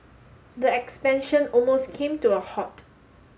the expansion almost came to a halt